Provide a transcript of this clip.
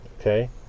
okay